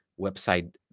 website